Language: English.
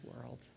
world